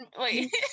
Wait